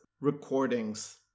recordings